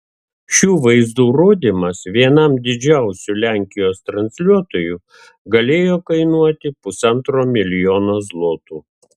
šių vaizdų rodymas vienam didžiausių lenkijos transliuotojų galėjo kainuoti pusantro milijonų zlotų